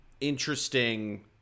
interesting